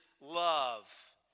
love